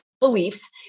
beliefs